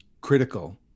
critical